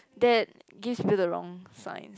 that gives people the wrong signs